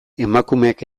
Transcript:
emakumeak